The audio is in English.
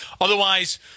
Otherwise